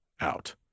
out